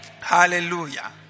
Hallelujah